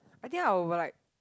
I think I will like